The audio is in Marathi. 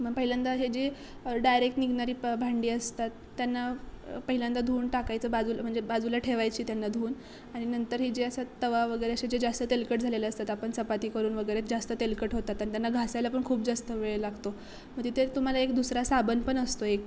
मग पहिल्यांदा हे जे डायरेक्ट निघणारी प भांडी असतात त्यांना पहिल्यांदा धुवून टाकायचं बाजू म्हणजे बाजूला ठेवायची त्यांना धुऊन आणि नंतर हे जे असतात तवा वगैरे असे जे जास्त तेलकट झालेले असतात आपण चपाती करून वगैरे जास्त तेलकट होतात आणि त्यांना घासायला पण खूप जास्त वेळ लागतो मग तिथे तुम्हाला एक दुसरा साबण पण असतो एक